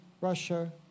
Russia